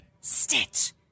Stitch